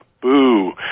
boo